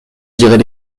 dirait